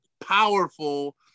powerful